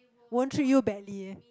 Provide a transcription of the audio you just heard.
won't treat you badly